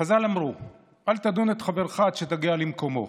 חז"ל אמרו: "אל תדון את חברך עד שתגיע למקומו",